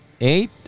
eight